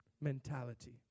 mentality